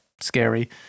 scary